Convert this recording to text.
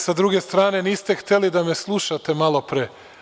Sa druge strane, niste hteli da me slušate malopre.